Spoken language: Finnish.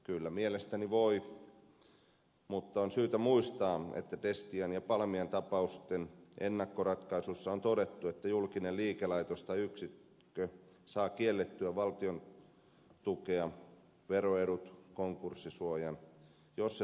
kyllä mielestäni voi mutta on syytä muistaa että destian ja palmian tapausten ennakkoratkaisussa on todettu että julkinen liikelaitos tai yksikkö saa kiellettyä valtion tukea veroedut konkurssisuojan jos se toimii markkinoilla